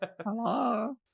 Hello